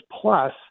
plus